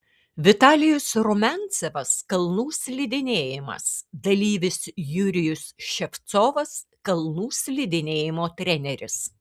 vitalijus rumiancevas kalnų slidinėjimas dalyvis jurijus ševcovas kalnų slidinėjimo treneris